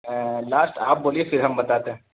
last آپ بولیے پھر ہم بتاتے ہیں